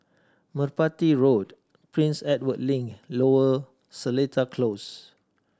Merpati Road Prince Edward Link Lower Seletar Close